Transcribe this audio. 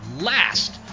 Last